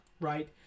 right